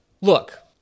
look